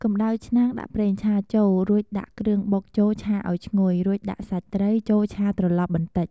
កំដៅឆ្នាំងដាក់ប្រេងឆាចូល រួចដាក់គ្រឿងបុកចូលឆាឱ្យឈ្ងុយរួចដាក់សាច់ត្រីចូលឆាត្រឡប់បន្តិច។